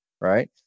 Right